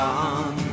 on